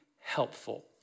helpful